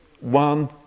one